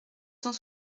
cent